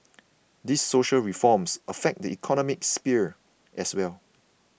these social reforms affect the economic sphere as well